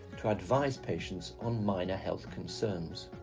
to advise patients on minor health concerns.